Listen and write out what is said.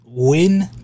Win